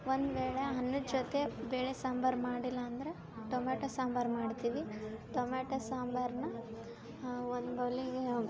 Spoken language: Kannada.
ಒಂದ್ವೇಳೆ ಅನ್ನದ ಜೊತೆ ಬೇಳೆ ಸಾಂಬಾರು ಮಾಡಿಲ್ಲಾಂದರೆ ಟೊಮೆಟೊ ಸಾಂಬಾರು ಮಾಡ್ತೀವಿ ಟೊಮೆಟೊ ಸಾಂಬಾರನ್ನ ಒಂದು ಬೌಲಿಗೆ